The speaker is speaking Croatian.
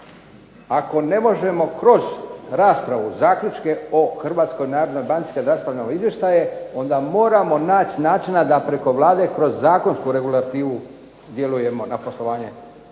Ako ne možemo kroz raspravu zaključke o Hrvatskoj narodnoj banci kad raspravljamo izvještaje onda moramo naći načina da preko Vlade kroz zakonsku regulativu djelujemo na poslovanje